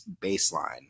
baseline